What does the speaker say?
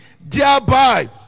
thereby